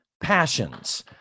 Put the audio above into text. passions